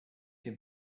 dem